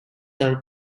are